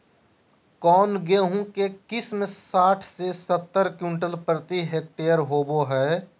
कौन गेंहू के किस्म साठ से सत्तर क्विंटल प्रति हेक्टेयर होबो हाय?